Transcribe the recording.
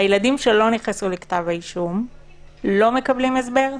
והילדים שלא נכנסים לכתב האישום לא מקבלים הסבר?